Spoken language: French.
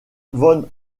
von